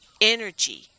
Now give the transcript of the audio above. energy